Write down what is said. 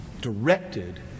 directed